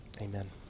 amen